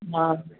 हा